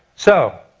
so,